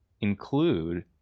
include